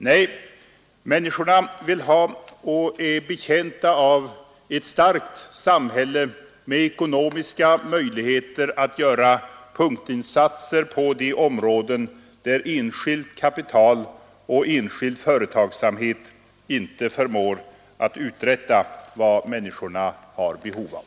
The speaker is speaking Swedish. Nej, människorna vill ha och är betjänta av ett starkt samhälle med ekonomiska möjligheter att göra punktinsatser på de områden där enskilt kapital och enskild företagsamhet inte förmår uträtta vad människorna har behov av.